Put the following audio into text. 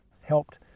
helped